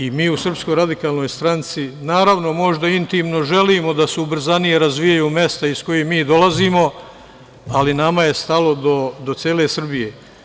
I mi u SRS, naravno, možda intimno želimo da se ubrzanije razvijaju mesta iz kojih mi dolazimo, ali nama je stalo do cele Srbije.